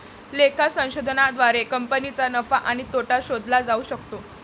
लेखा संशोधनाद्वारे कंपनीचा नफा आणि तोटा शोधला जाऊ शकतो